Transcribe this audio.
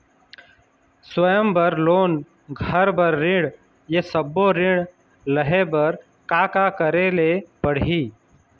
स्वयं बर लोन, घर बर ऋण, ये सब्बो ऋण लहे बर का का करे ले पड़ही?